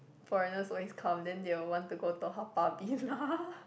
foreigners always come then they will want to go to Haw-Par-Villa